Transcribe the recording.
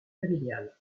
familial